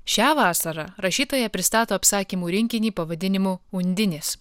šią vasarą rašytoja pristato apsakymų rinkinį pavadinimu undinės